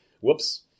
Whoops